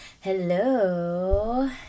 Hello